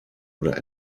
oder